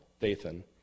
Dathan